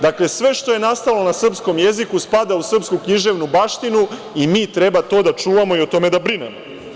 Dakle, sve što je nastalo na srpskom jeziku spada u srpsku književnu baštinu i mi treba to da čuvamo i o tome da brinemo.